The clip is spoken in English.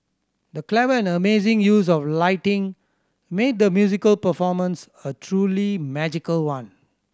the clever and amazing use of lighting made the musical performance a truly magical one